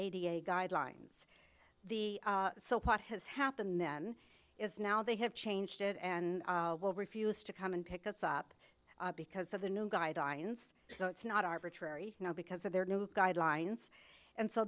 eight guidelines the so part has happened then is now they have changed it and will refuse to come and pick us up because of the new guidelines so it's not arbitrary now because of their new guidelines and so